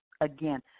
again